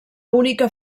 única